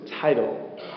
title